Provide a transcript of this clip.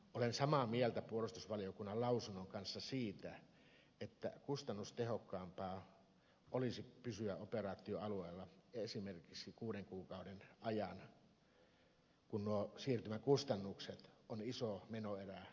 olen samaa mieltä puolustusvaliokunnan lausunnon kanssa siitä että kustannustehokkaampaa olisi pysyä operaatioalueella esimerkiksi kuuden kuukauden ajan kun nuo siirtymäkustannukset ovat iso menoerä kokonaiskustannuksista